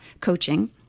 coaching